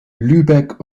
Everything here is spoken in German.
lübeck